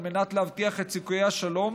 על מנת להבטיח את סיכויי השלום